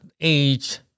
age